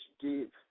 deep